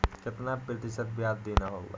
कितना प्रतिशत ब्याज देना होगा?